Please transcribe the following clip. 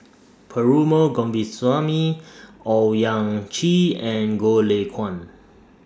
Perumal Govindaswamy Owyang Chi and Goh Lay Kuan